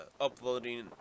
uploading